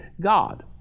God